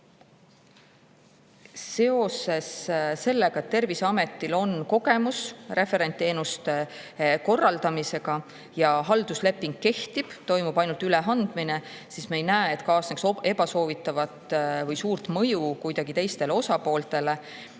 Seoses sellega, et Terviseametil on kogemus referentteenuste korraldamisega ja haldusleping veel kehtib ning toimub ainult üleandmine, me ei näe, et kaasneks ebasoovitavat või suurt mõju kuidagi teistele osapooltele.